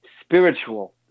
spiritual